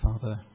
Father